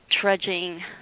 trudging